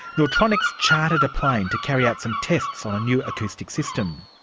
nautronix chartered a plane to carry out some tests on a new acoustic system.